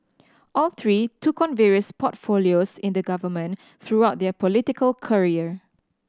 all three took on various portfolios in the government throughout their political career